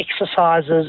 exercises